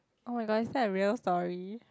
oh-my-god is that a real story